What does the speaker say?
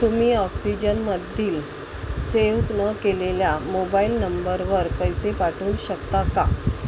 तुम्ही ऑक्सिजनमधील सेव्ह न केलेल्या मोबाईल नंबरवर पैसे पाठवू शकता का